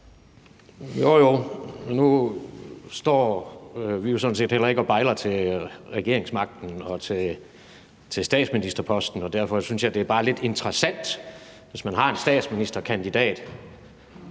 Jo, jo, men nu står vi jo heller ikke og bejler til regeringsmagten og til statsministerposten. Derfor synes jeg bare, det er lidt interessant, hvis man har en statsministerkandidat,